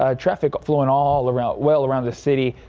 ah traffic flowing all around well around the city.